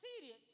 seated